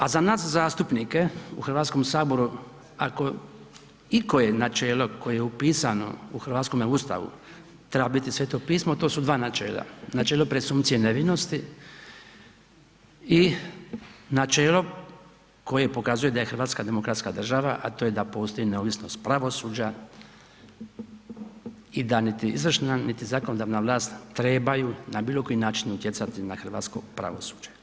A za nas zastupnike u HS ako ikoje načelo koje je upisano u hrvatskome Ustavu treba biti Sveto pismo, to su dva načela, načelo presumpcije nevinosti i načelo koje pokazuje da je RH demokratska država, a to je da postoji neovisnost pravosuđa i da niti izvršna, niti zakonodavna vlast trebaju na bilo koji način utjecati na hrvatsko pravosuđe.